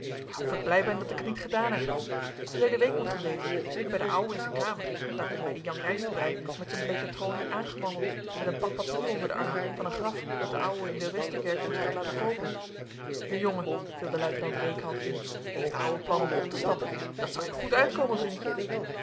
of ik blij ben dat ik het niet gedaan heb verleden week moet gij weten zit ik bij den ouwe in zijn kamer daar komt mij die jan rijstenbrij met zijn bleeke tronie aangewandeld met een pak papieren onder den arm van een graf dat de ouwe in de westerkerk voor zich had laten koopen jongen viel de luitenant reekalf in heeft de ouwe plan om op te stappen dat zou je goed komen vriendje